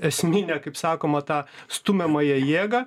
esminę kaip sakoma tą stumiamąją jėgą